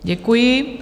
Děkuji.